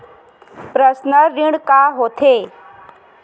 Personal ऋण का होथे?